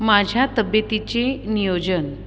माझ्या तब्येतीचे नियोजन